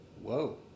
Whoa